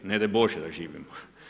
Ne daj Bože da živimo.